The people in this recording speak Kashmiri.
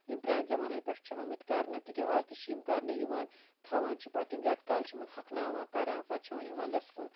یِم پرانہِ زَمانے پیٚٹھ چھِ آمٕتۍ کَرنہٕ تکیا آز تہِ چھِ یِم کَرنہٕ یِوان تھاوان چھِ پَتہٕ یِم ریٚتکالہِ چھِ یِمَن ہۄکھناوان کَران پَتہٕ چھ یِوان یہِ وَندَس کُن